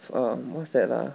err what's that ah